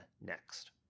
next